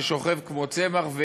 ששוכב כמו צמח,